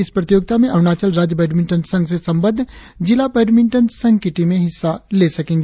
इस प्रतियोगिता में अरुणाचल राज्य बैडमिंटन संघ से संबद्ध जिला बैडमिंटन संघ की टीमें हिस्सा ले सकेंगी